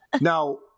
Now